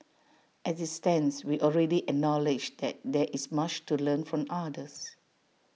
as IT stands we already acknowledge that there is much to learn from others